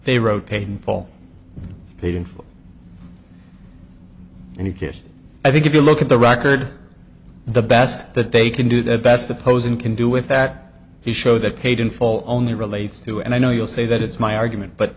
they wrote painful painful and you get i think if you look at the record the best that they can do that best opposing can do with that he show that paid in full only relates to and i know you'll say that it's my argument but